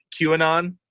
QAnon